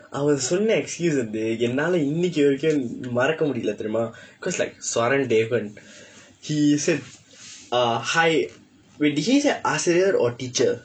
அவன் சொன்ன:avan sonna excuse வந்து என்னால இன்னைக்கு வரைக்கும் மறக்க முடியல தெரியுமா:vandthu ennaala innaikku varaikkum marakka mudiyala theriyumaa cause like swaran devan he said ah hi wait did he say ஆசிரியர்:aasiriyar or teacher